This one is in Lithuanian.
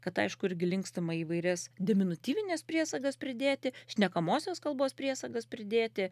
kad aišku irgi linkstama įvairias deminutyvines priesagas pridėti šnekamosios kalbos priesagas pridėti